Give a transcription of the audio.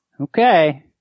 Okay